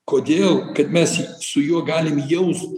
kodėl kad mes su juo galim jaust